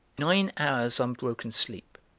nine hours' unbroken sleep,